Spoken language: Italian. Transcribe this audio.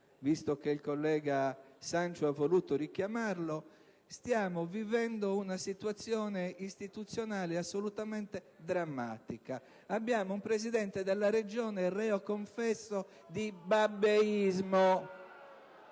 visto che il collega Sanciu ha voluto farvi cenno, stiamo vivendo una situazione istituzionale assolutamente drammatica. Abbiamo un Presidente della Regione reo confesso di "babbeismo".